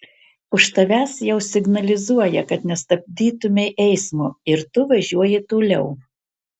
už tavęs jau signalizuoja kad nestabdytumei eismo ir tu važiuoji toliau